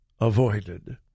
avoided